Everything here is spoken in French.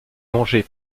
mangeaient